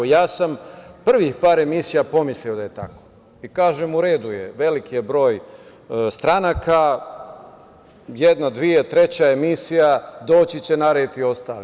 Ja sam prvih par emisija pomislio da je tako i kažem – u redu je, veliki je broj stranaka, jedna, druga, treća emisija, doći će na red i ostali.